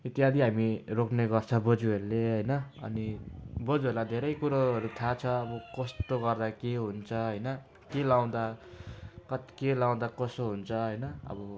इत्यादि हामी रोप्ने गर्छ बोजूहरूले होइन अनि बोजूहरूलाई धेरै कुरोहरू थाह छ अब कस्तो गर्दा के हुन्छ होइन के लगाउँदा कत् के लगाउँदा कसो हुन्छ होइन अब